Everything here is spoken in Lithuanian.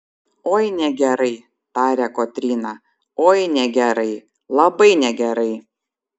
oi negerai tarė kotryna oi negerai labai negerai